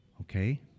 okay